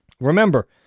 Remember